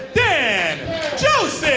dan joseph.